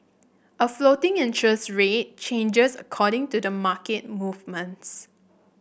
a floating interest rate changes according to the market movements